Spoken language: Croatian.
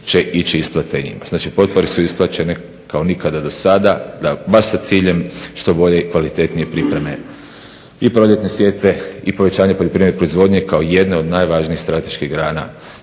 će ići isplate i njima. Znači, potpore su isplaćene kao nikada dosada baš sa ciljem što bolje i kvalitetnije pripreme i proljetne sjetve i povećanja poljoprivredne proizvodnje kao jedne od najvažnijih strateških grana